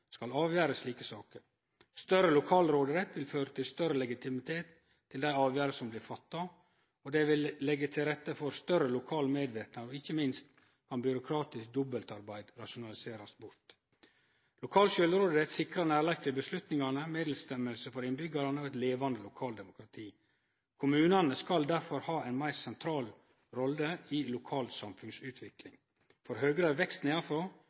skal avgjere slike saker. Større lokal råderett vil føre til større legitimitet til dei avgjerder som blir fatta. Det vil leggje til rette for større lokal medverknad, ikkje minst kan byråkratisk dobbeltarbeid rasjonaliserast bort. Lokal sjølvråderett sikrar nærleik til beslutningane, med råderett for innbyggjarane og eit levande lokaldemokrati. Kommunane skal derfor ha ei meir sentral rolle i lokal samfunnsutvikling. For Høgre er vekst